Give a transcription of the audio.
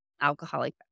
alcoholic